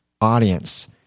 audience